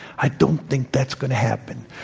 i don't think that's going to happen.